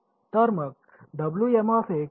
तर मग हे काय आहे